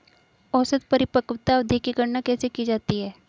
औसत परिपक्वता अवधि की गणना कैसे की जाती है?